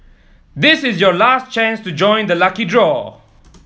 this is your last chance to join the lucky draw